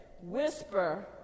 whisper